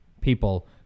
people